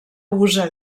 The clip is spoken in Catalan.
usa